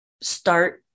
Start